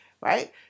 right